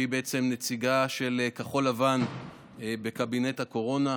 שהיא נציגה של כחול לבן בקבינט הקורונה.